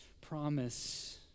promise